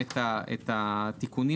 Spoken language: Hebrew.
אתם יודעים,